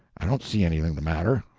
i don't see anything the matter.